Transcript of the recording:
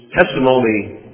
testimony